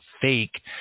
fake